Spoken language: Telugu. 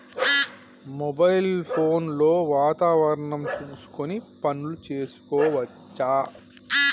మొబైల్ ఫోన్ లో వాతావరణం చూసుకొని పనులు చేసుకోవచ్చా?